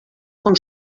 com